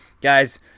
guys